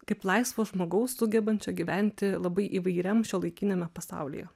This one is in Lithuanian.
kaip laisvo žmogaus sugebančio gyventi labai įvairiam šiuolaikiniame pasaulyje